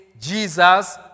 Jesus